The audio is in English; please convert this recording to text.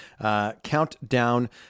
countdown